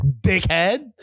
dickhead